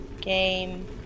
game